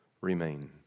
remain